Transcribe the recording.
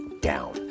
down